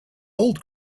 old